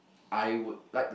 I would like to